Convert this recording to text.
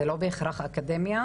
זה לא בהכרח אקדמיה,